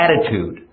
attitude